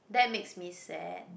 that makes me sad